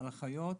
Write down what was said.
על האחיות,